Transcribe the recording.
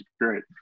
Great